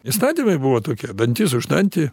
įstatymai buvo tokie dantis už dantį